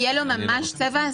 יהיה לו ממש צבע.